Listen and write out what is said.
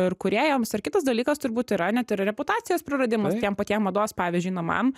ir kūrėjams ir kitas dalykas turbūt yra net ir reputacijos praradimas tiem patiem mados pavyzdžiui na man